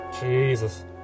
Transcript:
Jesus